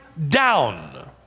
down